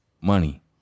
money